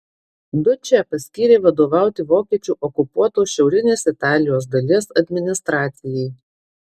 dučę paskyrė vadovauti vokiečių okupuotos šiaurinės italijos dalies administracijai